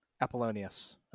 Apollonius